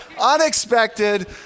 unexpected